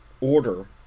order